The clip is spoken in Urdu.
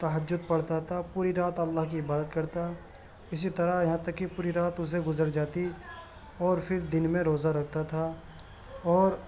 تہجد پڑھتا تھا پوری رات اللہ کی عبادت کرتا اسی طرح یہاں تک کہ پوری رات اسے گزر جاتی اور پھر دن میں روزہ رکھتا تھا اور